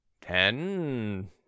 Ten